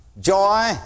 joy